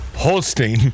Holstein